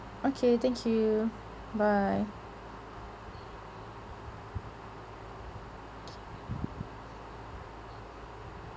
okay thank you bye